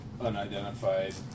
unidentified